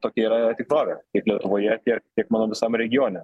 tokia yra tikrovė tiek lietuvoje tiek tiek manau visam regione